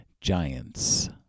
Giants